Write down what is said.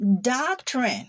doctrine